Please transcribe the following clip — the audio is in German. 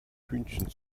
hühnchen